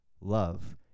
love